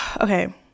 okay